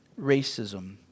racism